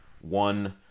One